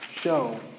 show